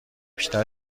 بیشتر